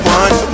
one